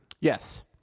Yes